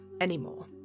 anymore